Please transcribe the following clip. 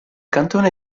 cantone